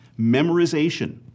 memorization